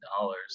dollars